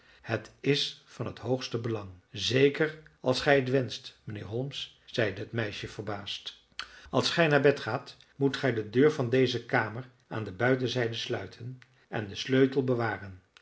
het is van het hoogste belang zeker als gij het wenscht mijnheer holmes zeide het meisje verbaasd als gij naar bed gaat moet gij de deur van deze kamer aan de buitenzijde sluiten en den sleutel bewaren